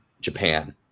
Japan